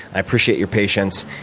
i appreciate your patience.